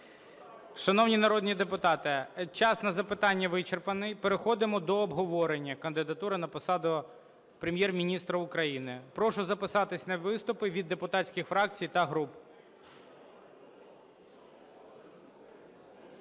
Шановні народні депутати, час на запитання вичерпаний. Переходимо до обговорення кандидатури на посаду Прем'єр-міністра України. Прошу записатись на виступи від депутатських фракцій та груп.